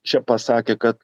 čia pasakė kad